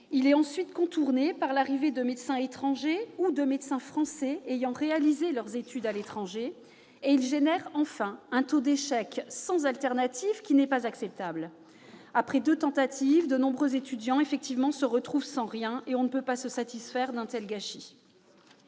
il est contourné par l'arrivée de médecins étrangers ou de médecins français ayant réalisé leurs études à l'étranger. Enfin, il entraîne un taux d'échec sans alternative qui n'est pas acceptable. Après deux tentatives, en effet, nombre d'étudiants se retrouvent sans rien. On ne peut se satisfaire d'un tel gâchis.